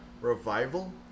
Revival